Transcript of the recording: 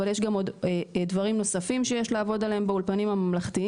אבל יש גם עוד דברים נוספים שיש לעבוד עליהם באולפנים הממלכתיים.